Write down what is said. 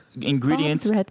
ingredients